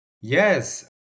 yes